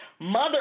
mother